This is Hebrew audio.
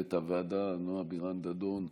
מנהלת הוועדה נועה בירן-דדון,